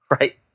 right